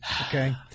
Okay